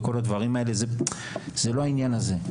זה לא העניין הזה.